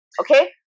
Okay